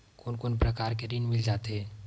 कोन कोन प्रकार के ऋण मिल जाथे?